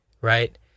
right